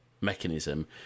mechanism